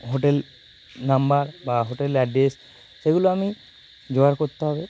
hotel number বা hotel address সেগুলো আমি জোগাড় করতে হবে